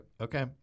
Okay